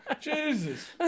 Jesus